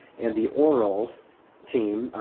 in the orals team,